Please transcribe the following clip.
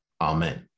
Amen